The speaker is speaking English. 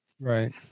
right